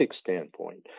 standpoint